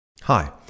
Hi